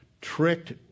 tricked